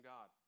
God